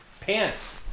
Pants